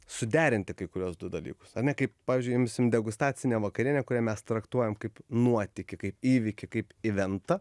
suderinti kai kuriuos du dalykus ane kaip pavyzdžiui imsim degustacinę vakarienę kurią mes traktuojam kaip nuotykį kaip įvykį kaip iventa